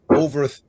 over